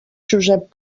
josep